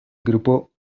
grupo